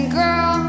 girl